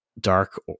dark